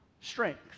strength